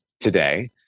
today